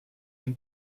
ein